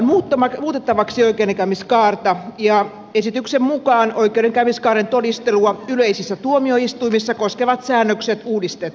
esityksessä ehdotetaan muutettavaksi oikeudenkäymiskaarta ja esityksen mukaan oikeudenkäymiskaaren todistelua yleisissä tuomioistuimissa koskevat säännökset uudistettaisiin